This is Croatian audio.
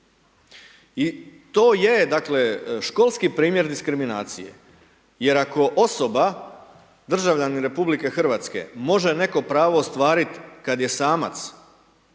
I to je dakle školski primjer diskriminacije, jer ako osoba državljanin RH može neko pravo ostvarit kad je samac,